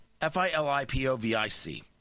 F-I-L-I-P-O-V-I-C